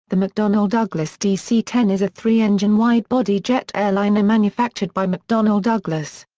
the mcdonnell douglas dc ten is a three-engine wide-body jet airliner manufactured by mcdonnell douglas.